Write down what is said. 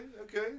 okay